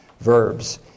verbs